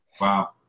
wow